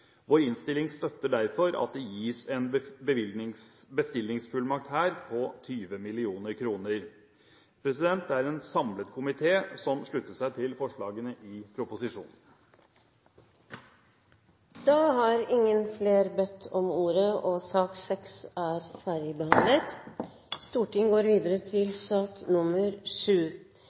Vår innstilling støtter derfor at det gis en bestillingsfullmakt her på 20 mill. kr. Det er en samlet komité som slutter seg til forslagene i proposisjonen. Flere har ikke bedt om ordet til sak